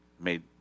made